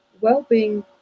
well-being